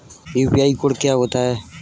UPI code क्या होता है?